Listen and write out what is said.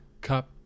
cup